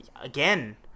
Again